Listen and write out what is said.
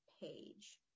page